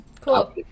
cool